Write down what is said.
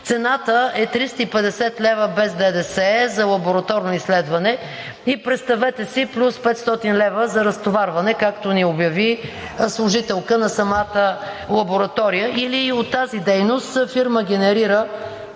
цената е 350 лв. без ДДС за лабораторно изследване. Представете си плюс 500 лв. за разтоварване – както ни обяви служителка на самата лаборатория, или от тази дейност фирмата генерира